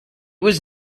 was